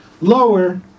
lower